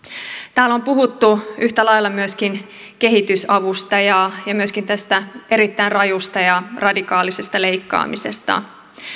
täällä on puhuttu yhtä lailla myöskin kehitysavusta ja myöskin tästä erittäin rajusta ja radikaalisesta leikkaamisesta